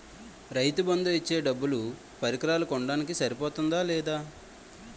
రైతు బందు ఇచ్చే డబ్బులు పరికరాలు కొనడానికి సరిపోతుందా లేదా?